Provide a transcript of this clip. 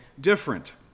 different